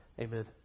Amen